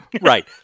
Right